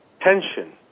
tension